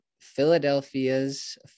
Philadelphia's